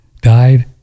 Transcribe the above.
died